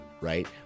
Right